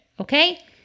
okay